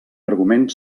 argument